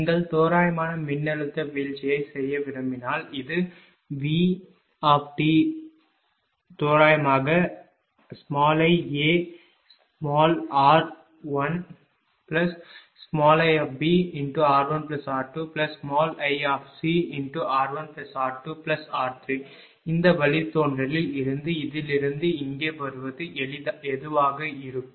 நீங்கள் தோராயமான மின்னழுத்த வீழ்ச்சியைச் செய்ய விரும்பினால் இது VDiAr1iBr1r2iCr1r2r3 இந்த வழித்தோன்றலில் இருந்து இதிலிருந்து இங்கே வருவது எதுவாக இருக்கும்